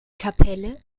kapelle